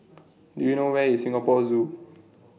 Do YOU know Where IS Singapore Zoo